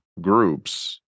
groups